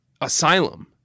asylum